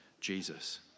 Jesus